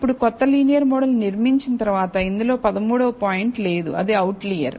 ఇప్పుడు కొత్త లీనియర్ మోడల్ను నిర్మించిన తరువాత ఇందులో 13 వ పాయింట్ లేదు అది అవుట్లియర్